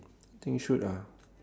think should ah